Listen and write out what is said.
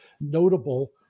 notable